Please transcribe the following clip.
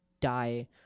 die